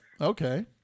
Okay